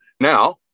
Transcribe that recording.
now